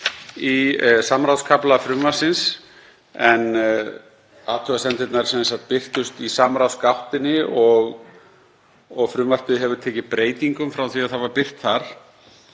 í samráðskafla frumvarpsins. Athugasemdirnar birtust í samráðsgáttinni og frumvarpið hefur tekið breytingum frá því að það var birt þar.